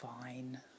fine